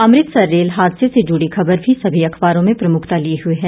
Amritsar rail हादसे से जुड़ी खबर भी सभी अखबारों में प्रमुखता लिए हुए है